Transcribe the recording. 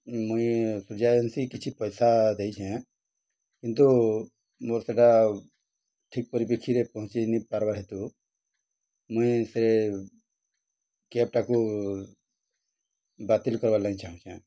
ମୁଇଁ ସୂଯ୍ୟ ଏଜେନ୍ସି କିଛି ପଇସା ଦେଇଛେଁ କିନ୍ତୁ ମୋର ସେଇଟା ଠିକ୍ ପରପ୍ରେକ୍ଷିରେ ପହଞ୍ଚେନେଇ ପାର୍ବାର୍ ହେତୁ ମୁଇଁ ସେ କ୍ୟାବ୍ଟାକୁ ବାତିଲ କର୍ବାର୍ ଲାଗି ଚାହୁଁଛେଁ